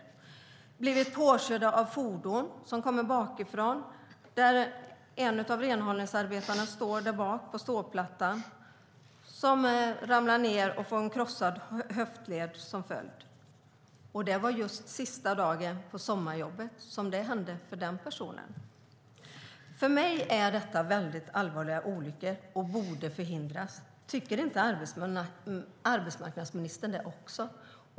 Man har blivit påkörda av fordon som kommer bakifrån där en av renhållningsarbetarna stod därbak på ståplattan, ramlade ned och fick en krossad höftled - det hände sista dagen på sommarjobbet. Detta är allvarliga olyckor, och de borde förhindras. Tycker inte arbetsmarknadsministern också det?